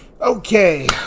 Okay